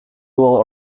will